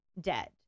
dead